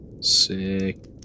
Sick